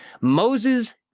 Moses